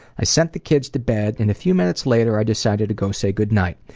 i sent the kids to bed, and a few minutes later, i decided to go say goodnight.